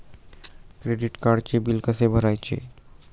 Credit कार्डचे bill कसे भरायचे?